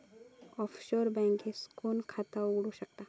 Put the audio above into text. Offshore बँकेत कोण खाता उघडु शकता?